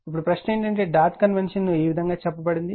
ఇప్పుడు ప్రశ్న ఏమిటంటే డాట్ కన్వెన్షన్ ఈ క్రింది విధంగా చెప్పబడింది